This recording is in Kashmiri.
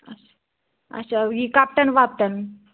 اَچھا اَچھا یہِ کَپٹَن وَپٹن